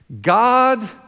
God